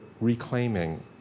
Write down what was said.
reclaiming